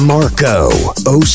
Marco